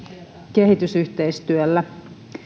kehitysyhteistyöllä